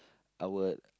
I would